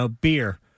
beer